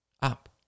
up